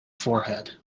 forehead